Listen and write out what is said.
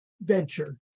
venture